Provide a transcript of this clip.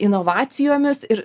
inovacijomis ir